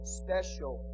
special